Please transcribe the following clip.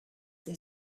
they